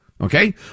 Okay